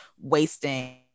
wasting